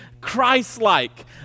Christ-like